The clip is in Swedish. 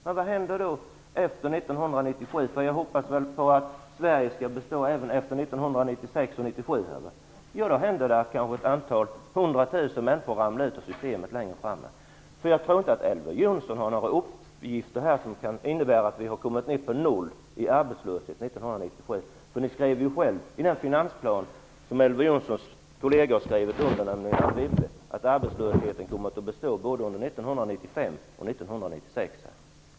Men vad händer efter 1997? Jag hoppas att Sverige skall bestå även efter 1996/97. Då kommer 100 000 människor att ramla ut ur systemet. Jag tror inte att Elver Jonsson har några uppgifter som kan innebära att arbetslösheten har kommit ned på 0 % år 1997. I den finansplan som Elver Wibble, står det ju att arbetslösheten kommer att bestå både under 1995 och under 1996.